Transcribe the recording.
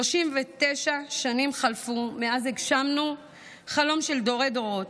39 שנים חלפו מאז הגשמנו חלום של דורי-דורות,